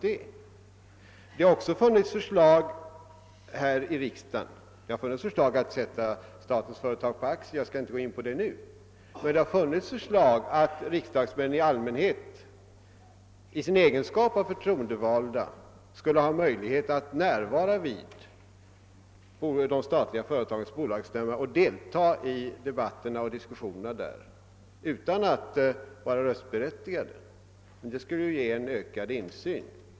Det har också här i kammaren framlagts förslag om att sätta statens företag på aktier, men jag skall inte nu gå närmare in på detta. Det har förelegat förslag om att riksdagsmän i sin egenskap av förtroendevalda skulle ha möjligheter att närvara på de statliga bolagens stämmor och delta i debatter och diskussioner utan att vara röstberättigade. Det skulle ge en ökad insyn.